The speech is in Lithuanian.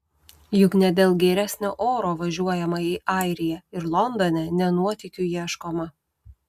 juk ne dėl geresnio oro važiuojama į airiją ir londone ne nuotykių ieškoma